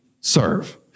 serve